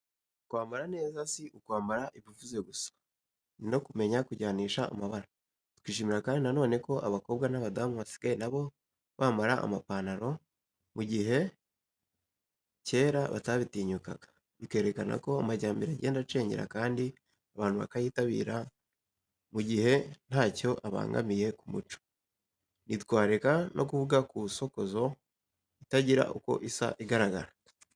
Kwambara neza si ukwambara ibifuze gusa ni no kumenya kujyanisha amabara. Tukishimira kandi na none ko abakobwa n'abadamu basigaye na bo bambara amapantaro mu gihe kera batabitinyukaga. Bikerekana ko amajyambere agenda acengera kandi abantu bakayitabira mu gihe ntacyo abangamiye ku muco. Ntitwareka no kuvuga ku nsokozo itagira uko isa igaragara.